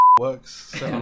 works